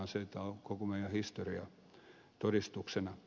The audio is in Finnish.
siitä on koko meidän historia todistuksena